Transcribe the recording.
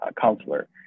counselor